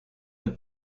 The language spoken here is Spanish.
del